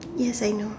yes I know